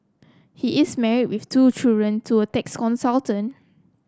he is married with two children to a tax consultant